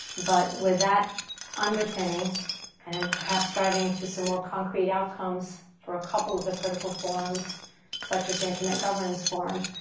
but with that underpinning and perhaps striving to some more concrete outcomes for a couple of the critical forums such as the internet governance forum,